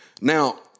Now